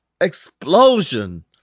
explosion